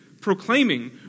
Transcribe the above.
proclaiming